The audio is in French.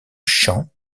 chant